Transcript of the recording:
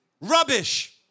Rubbish